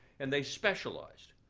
and they specialized.